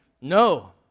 no